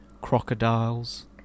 Crocodiles